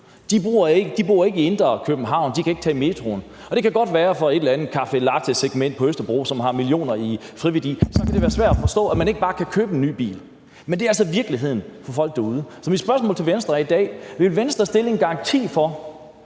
De bor ikke i indre København og kan ikke tage metroen, og det kan godt være, at det for et eller andet café latte-segment på Østerbro, som har millioner i friværdi, kan være svært at forstå, at man ikke bare kan købe en ny bil. Men det er altså virkeligheden for folk derude. Så mit spørgsmål til Venstre i dag er: Vil Venstre stille en garanti for,